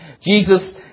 Jesus